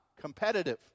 competitive